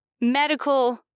medical